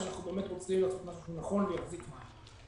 או שאנחנו באמת רוצים משהו שהוא נכון ויחזיק מעמד.